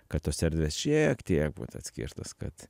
kad tos erdvės šiek tiek būtų atskirtos kad